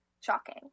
shocking